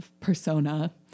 persona